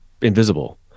Invisible